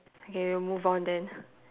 okay we move on then